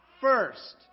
first